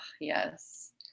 yes